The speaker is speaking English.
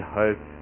hope